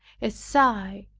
a sigh,